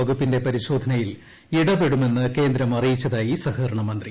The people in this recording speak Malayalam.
വകുപ്പിന്റെ പരിശോധനയിൽ ഇട്പെടുമെന്ന് കേന്ദ്രം അറിയിച്ചതായി സഹകരണീ മന്ത്രി